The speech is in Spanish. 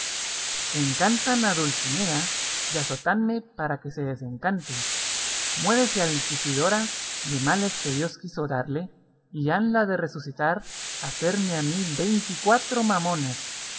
encantan a dulcinea y azótanme para que se desencante muérese altisidora de males que dios quiso darle y hanla de resucitar hacerme a mí veinte y cuatro mamonas